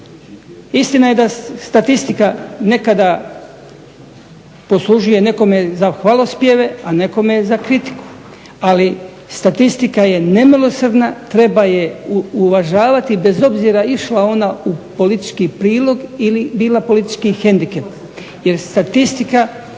Istina je da statistika nekada poslužuje nekome za hvalospjeve, a nekome za kritiku, ali statistika je nemilosrdna, treba je uvažavati bez obzira išla ona u politički prilog ili bila politički hendikep jer statistika